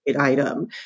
item